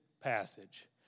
passage